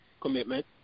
commitment